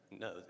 No